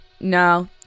No